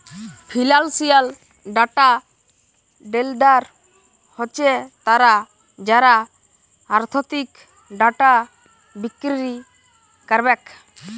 financial data vendor হছে তারা যারা আথ্থিক ডাটা বিক্কিরি ক্যারবেক